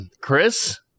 chris